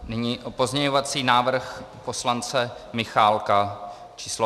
Nyní pozměňovací návrh poslance Michálka písm.